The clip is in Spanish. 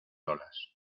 olas